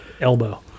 elbow